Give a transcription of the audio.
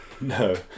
No